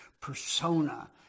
persona